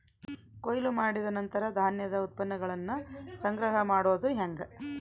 ಕೊಯ್ಲು ಮಾಡಿದ ನಂತರ ಧಾನ್ಯದ ಉತ್ಪನ್ನಗಳನ್ನ ಸಂಗ್ರಹ ಮಾಡೋದು ಹೆಂಗ?